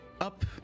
up